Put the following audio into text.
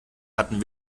hatten